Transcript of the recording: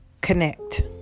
connect